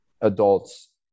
adults